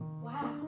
wow